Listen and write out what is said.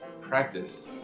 practice